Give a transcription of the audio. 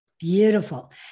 Beautiful